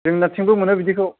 जोंनिथिंबो मोनो बिदिखौ